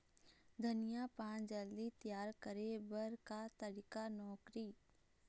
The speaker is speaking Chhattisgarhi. धनिया पान जल्दी तियार करे बर का तरीका नोकरी?